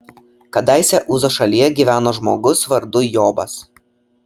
kadaise uzo šalyje gyveno žmogus vardu jobas